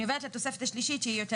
אני עוברת לתוספת השלישית שהיא יותר